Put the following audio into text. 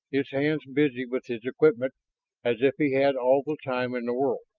his hands busy with his equipment as if he had all the time in the world.